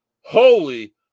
Holy